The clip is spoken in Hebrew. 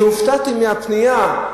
הופתעתי מהפנייה,